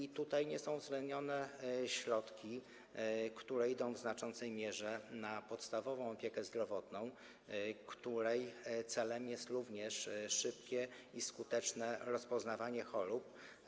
I tutaj nie są uwzględnione środki, które idą w znaczącej mierze na podstawową opiekę zdrowotną, której celem jest również szybkie i skuteczne rozpoznawanie chorób.